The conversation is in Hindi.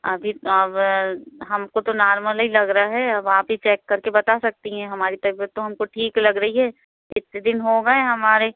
अभी तो अब हमको तो नार्मलय लग रही है अब आप ही चेक कर के बता सकती हैं हमारी तबीयत तो हमको ठीक लग रही ही कितने दिन हो गएँ हमारे